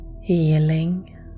healing